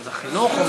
מה זה, חינוך או מה?